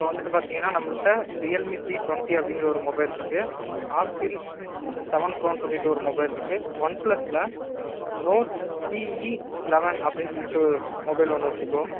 இப்போ வந்துட்டு பார்த்தீங்கன்னா நம்மள்ட்ட ரியல்மீ சி டுவெண்ட்டி அப்படிங்கிற ஒரு மொபைல் இருக்குது ஆப்பிள் செவன் ப்ரோன்னு சொல்லிட்டு ஒரு மொபைல் இருக்குது ஒன் பிளஸில் நோட் சிஇ லெவன் அப்படின்னு சொல்லிட்டு ஒரு மொபைல் ஒன்று இருக்குது ப்ரோ